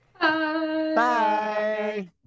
bye